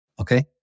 okay